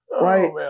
Right